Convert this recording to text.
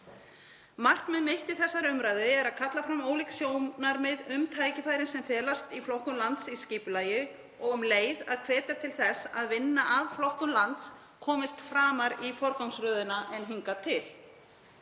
Markmið mitt í þessari umræðu er að kalla fram ólík sjónarmið um tækifærin sem felast í flokkun lands í skipulagi og um leið að hvetja til þess að vinna að flokkun lands komist framar í forgangsröðina en hingað til.